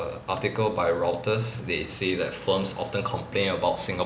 a article by reuters they say that firms often complain about